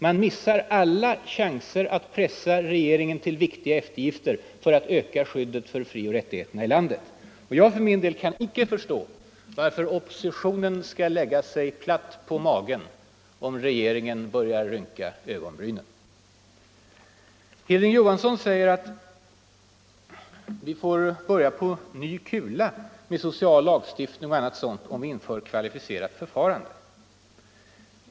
Man missar alla chanser att pressa regeringen till viktiga eftergifter för att öka skyddet för frioch rättigheterna i landet. Jag för min del kan icke förstå varför oppositionen skall lägga sig platt på magen om regeringen börjar rynka ögonbrynen. Hilding Johansson säger att vi får ”börja på ny kula med social lagstiftning” och annat sådant om vi inför kvalificerat förfarande.